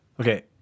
okay